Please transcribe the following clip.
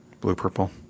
Blue-purple